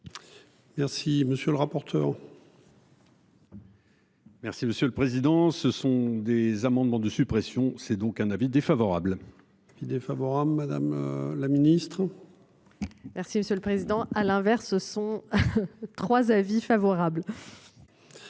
Merci monsieur le rapporteur. Merci monsieur le président. Ce sont des amendements de suppression c'est donc un avis défavorable. Défavorable, madame la Ministre. Merci monsieur le président. À l'inverse ce sont. 3. Avis favorable.